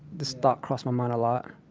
this thought crossed my mind a lot.